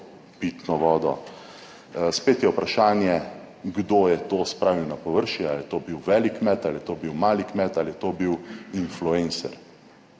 vodo. Spet je vprašanje, kdo je to spravil na površje, ali je to bil velik kmet ali je to bil mali kmet ali je to bil influencer.